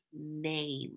name